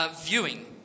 viewing